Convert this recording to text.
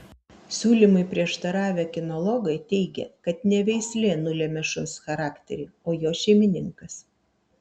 siūlymui prieštaravę kinologai teigia kad ne veislė nulemia šuns charakterį o jo šeimininkas